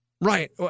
Right